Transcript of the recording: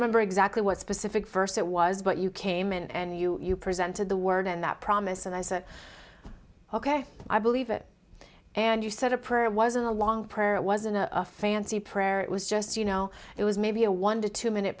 remember exactly what specific verse it was but you came in and you presented the word and that promise and i said ok i believe it and you said a prayer it wasn't a long prayer it wasn't a fancy prayer it was just you know it was maybe a one to two minute